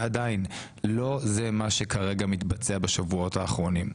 ועדיין לא זה מה שכרגע מתבצע בשבועות האחרונים.